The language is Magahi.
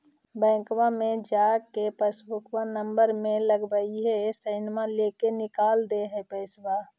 बैंकवा मे जा के पासबुकवा नम्बर मे लगवहिऐ सैनवा लेके निकाल दे है पैसवा?